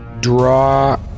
draw